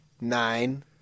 nine